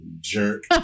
jerk